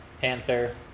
Panther